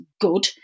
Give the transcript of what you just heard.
Good